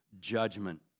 judgment